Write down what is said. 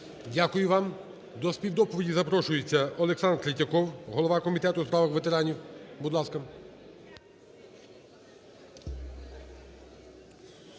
Дякую вам. До співдоповіді запрошується Олександр Третьяков, голова Комітету у справах ветеранів, будь ласка.